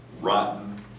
rotten